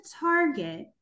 target